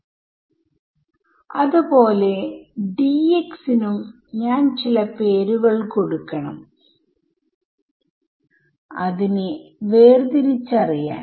ഞാൻ സ്പേസിനെ ഡിസ്ക്രിടൈസ്ചെയ്യുന്നു ഞാൻ ടൈമിനെ ഡിസ്ക്രിടൈസ് ചെയ്യുന്നു